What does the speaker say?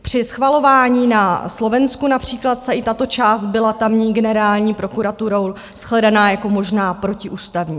Při schvalování na Slovensku například tato část byla tamní generální prokuraturou shledána jako možná protiústavní.